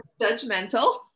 judgmental